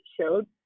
showed